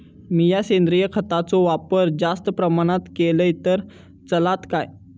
मीया सेंद्रिय खताचो वापर जास्त प्रमाणात केलय तर चलात काय?